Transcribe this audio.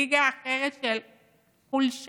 ליגה אחרת של חולשה,